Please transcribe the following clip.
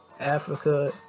Africa